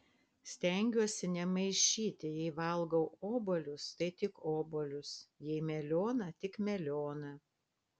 stengiuosi nemaišyti jei valgau obuolius tai tik obuolius jei melioną tik melioną